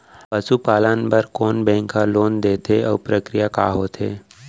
पसु पालन बर कोन बैंक ह लोन देथे अऊ प्रक्रिया का होथे?